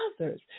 others